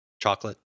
chocolate